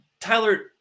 Tyler